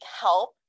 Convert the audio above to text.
help